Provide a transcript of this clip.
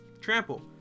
Trample